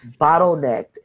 bottlenecked